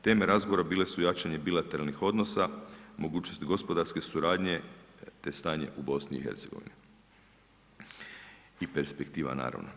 Teme razgovora bile su jačanje bilateralnih odnosa, mogućnost gospodarske suradnje te stanje u BiH i perspektiva naravno.